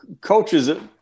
coaches